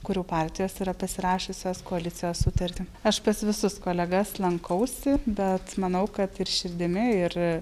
kurių partijos yra pasirašiusios koalicijos sutartį aš pas visus kolegas lankausi bet manau kad ir širdimi ir